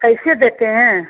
कैसे देते हैं